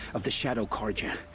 of the shadow carja.